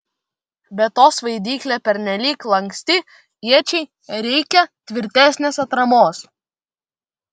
be to svaidyklė pernelyg lanksti iečiai reikia tvirtesnės atramos